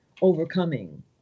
overcoming